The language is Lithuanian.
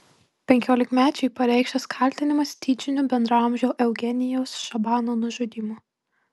penkiolikmečiui pareikštas kaltinimas tyčiniu bendraamžio eugenijaus šabano nužudymu